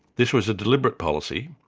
this was a deliberate policy,